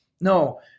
no